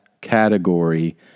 category